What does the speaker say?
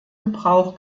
gebrauch